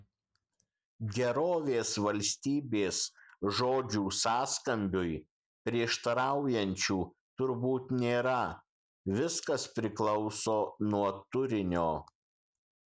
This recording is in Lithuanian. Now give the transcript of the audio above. gerovės valstybės žodžių sąskambiui prieštaraujančių turbūt nėra viskas priklauso nuo turinio